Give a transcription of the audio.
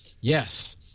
Yes